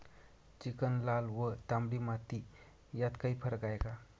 Chicken, लाल व तांबडी माती यात काही फरक आहे का?